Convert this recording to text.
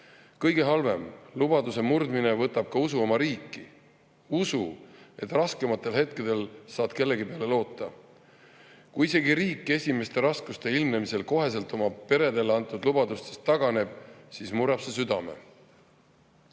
Kõige halvem: lubaduse murdmine võtab ka usu oma riiki, usu, et raskematel hetkedel saad kellegi peale loota. Kui isegi riik esimeste raskuste ilmnemisel koheselt oma peredele antud lubadustest taganeb, siis murrab see südame."